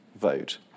vote